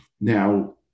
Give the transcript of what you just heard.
Now